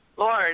Lord